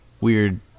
Weird